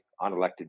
unelected